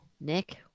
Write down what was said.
Nick